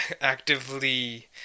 actively